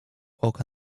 oka